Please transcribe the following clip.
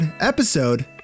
Episode